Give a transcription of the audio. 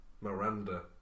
Miranda